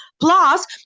Plus